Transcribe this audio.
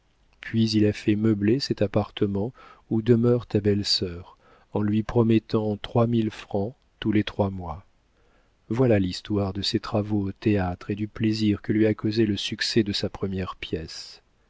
puis il a fait meubler cet appartement où demeure ta belle-sœur en lui promettant trois mille francs tous les trois mois voilà l'histoire de ses travaux au théâtre et du plaisir que lui a causé le succès de sa première pièce